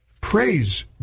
Praise